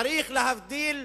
צריך להבין,